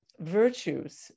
virtues